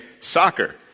soccer